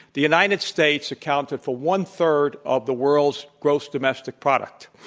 the united states accounted for one-third of the world's gross domestic product.